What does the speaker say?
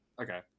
Okay